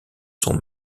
son